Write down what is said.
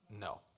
No